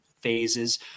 phases